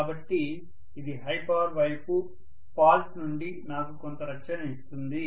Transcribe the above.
కాబట్టి ఇది high power వైపు ఫాల్ట్ నుండి నాకు కొంత రక్షణ ఇస్తుంది